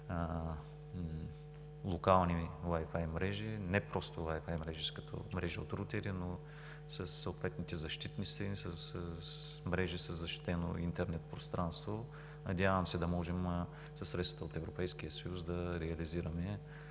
локални Wi-Fi мрежи – не просто Wi-Fi мрежи като мрежи от рутери, а със съответните защитни стени, мрежи със защитено интернет пространство. Надявам се да можем със средствата от Европейския съюз да реализираме